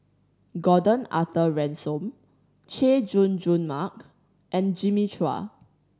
Gordon Arthur Ransome Chay Jung Jun Mark and Jimmy Chua